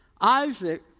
Isaac